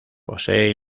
posee